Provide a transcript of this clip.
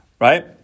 right